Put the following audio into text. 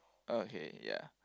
okay ya